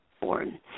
born